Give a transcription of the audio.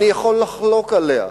אני יכול לחלוק עליה,